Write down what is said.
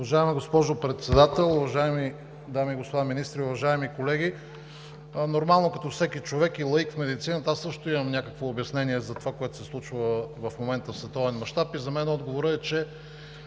Уважаема госпожо Председател, уважаеми дами и господа министри, уважаеми колеги! Нормално, като всеки човек и лаик в медицината, аз също имам някакво обяснение за това, което се случва в момента в световен мащаб. За мен отговорът е, че